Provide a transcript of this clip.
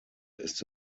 ist